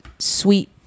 sweet